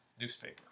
newspaper